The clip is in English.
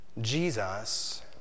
Jesus